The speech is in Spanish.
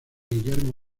guillermo